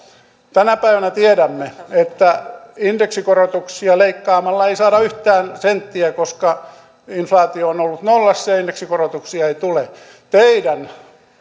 tänä päivänä tiedämme että indeksikorotuksia leikkaamalla ei saada yhtään senttiä koska inflaatio on ollut nollassa ja indeksikorotuksia ei tule teidän